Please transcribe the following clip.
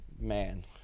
man